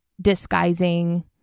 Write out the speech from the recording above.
disguising